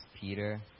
Peter